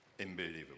unbelievable